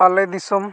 ᱟᱞᱮ ᱫᱤᱥᱚᱢ